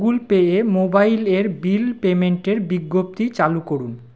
Google পেয়ে মোবাইলের bill পেইমেন্টের বিজ্ঞপ্তি চালু করুন